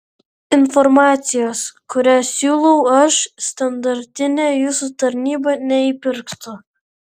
informacijos kurią siūlau aš standartinė jūsų tarnyba neįpirktų